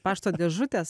pašto dėžutės